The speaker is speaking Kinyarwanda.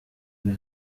uri